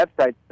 websites